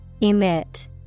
Emit